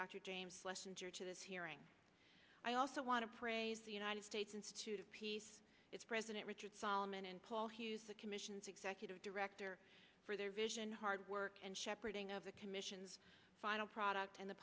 dr james les injured to this hearing i also want to praise the united states institute of peace its president richard solomon and paul hughes the commission's executive director for their vision hard work and shepherding of the commission's final product and the